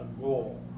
goal